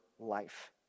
life